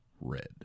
Red